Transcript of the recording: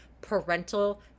parental